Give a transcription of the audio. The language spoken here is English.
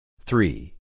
Three